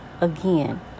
Again